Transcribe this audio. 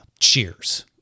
cheers